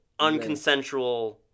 unconsensual